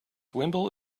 wimble